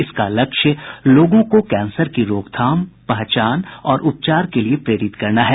इसका लक्ष्य लोगों को कैंसर की रोकथाम पहचान और उपचार के लिए प्रेरित करना है